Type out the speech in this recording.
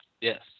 Yes